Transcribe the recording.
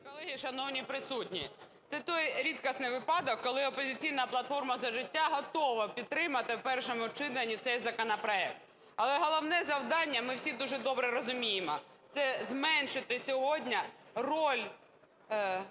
колеги, шановні присутні, це той рідкісний випадок, коли "Опозиційна платформа - За життя" готова підтримати в першому читанні цей законопроект. Але головне завдання, ми всі дуже добре розуміємо – це зменшити сьогодні роль